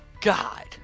God